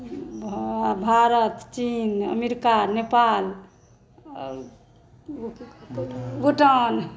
भारत चीन अमेरिका नेपाल आओर भूटान